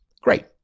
Great